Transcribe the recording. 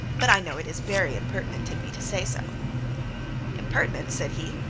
but i know it is very impertinent in me to say so impertinent! said he.